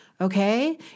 Okay